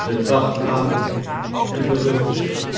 de dagbladen en de revues